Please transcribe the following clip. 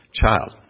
child